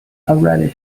already